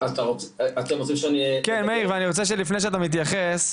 לפני שאתה מתייחס,